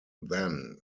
then